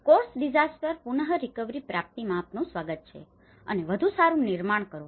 course disaster પુનરીકવરી પ્રાપ્તિમાં આપનું સ્વાગત છે અને વધુ સારું નિર્માણ કરો